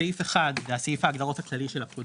סעיף 1 זה סעיף ההגדרות הכללי של הפקודה,